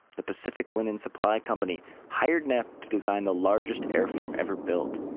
the pacific linen supply company hired neff to design the largest airform ever built.